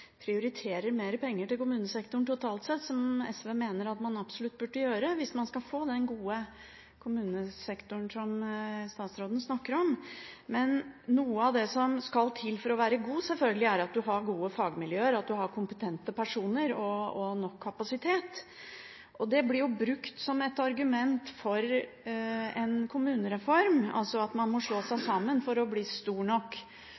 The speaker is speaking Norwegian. prioriterer mer penger til kommunesektoren totalt sett, som SV mener at man absolutt burde gjøre hvis man skal få den gode kommunesektoren som statsråden snakker om. Noe av det som skal til for å være god, er selvfølgelig at man har gode fagmiljøer, kompetente personer og nok kapasitet. Det blir brukt som et argument for en kommunereform at man må slå seg sammen for å bli stor nok. Kan statsråden legge fram noe entydig bevis på at store kommuner alltid har nok